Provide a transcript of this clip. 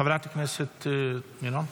חברת הכנסת מירון,